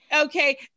Okay